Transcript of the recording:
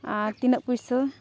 ᱟᱨ ᱛᱤᱱᱟᱹᱜ ᱯᱩᱭᱥᱟᱹ